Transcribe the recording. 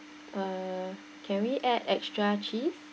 uh can we add extra cheese